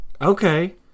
Okay